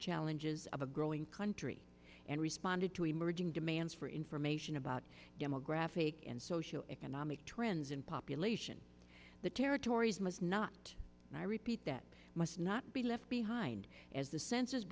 challenges of a growing country and responded to emerging demands for information about demographic and social economic trends and population the territories must not i repeat that must not be left behind as the census